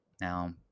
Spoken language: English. Now